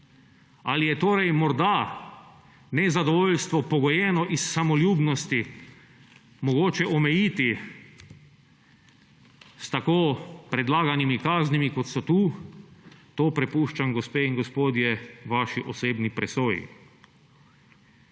Ali je torej morda nezadovoljstvo, pogojeno iz samoljubnosti, mogoče omejiti s tako predlaganimi kaznimi, kot so tu, to prepuščam, gospe in gospodje, vaši osebni presoji.